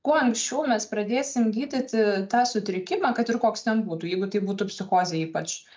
kuo anksčiau mes pradėsim gydyti tą sutrikimą kad ir koks ten būtų jeigu tai būtų psichozė ypač